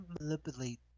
manipulate